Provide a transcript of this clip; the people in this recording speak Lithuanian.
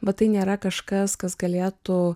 bet tai nėra kažkas kas galėtų